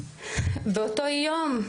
באותו יום,